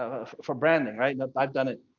ah for branding right now i've done it.